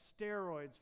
steroids